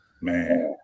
Man